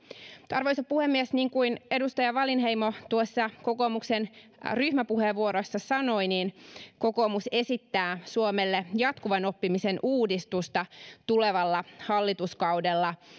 arvoisa puhemies niin kuin edustaja wallinheimo tuossa kokoomuksen ryhmäpuheenvuorossa sanoi niin kokoomus esittää suomelle jatkuvan oppimisen uudistusta tulevalla hallituskaudella